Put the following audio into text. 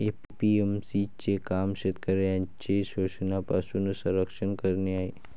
APMC चे काम शेतकऱ्यांचे शोषणापासून संरक्षण करणे आहे